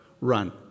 Run